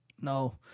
No